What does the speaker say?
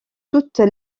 toutes